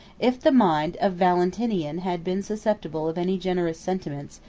if the mind of valentinian had been susceptible of any generous sentiments,